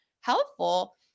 helpful